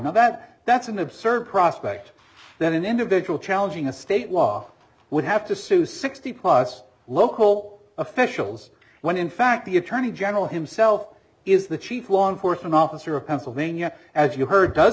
now that that's an absurd prospect then an individual challenging a state law would have to sue sixty plus local officials when in fact the attorney general himself is the chief law enforcement officer of pennsylvania as you heard does